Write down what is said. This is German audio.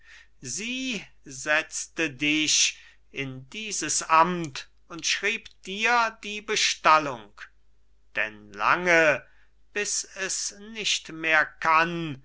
die setzte dich in dieses amt und schrieb dir die bestallung denn lange bis es nicht mehr kann